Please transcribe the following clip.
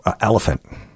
elephant